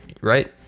Right